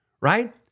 right